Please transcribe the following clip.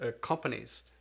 companies